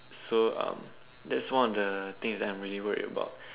so um that's one of the things that I'm really worried about